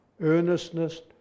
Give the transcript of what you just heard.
earnestness